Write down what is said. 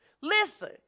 Listen